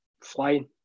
flying